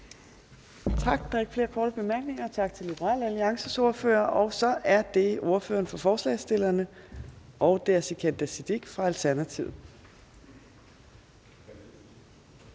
Tak. Der er ikke flere korte bemærkninger. Tak til Liberal Alliances ordfører, og så er det ordføreren for forslagsstillerne, Sikandar Siddique fra Alternativet.